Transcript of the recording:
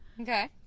Okay